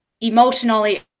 emotionally